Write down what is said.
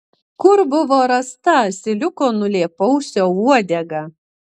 kur buvo rasta asiliuko nulėpausio uodega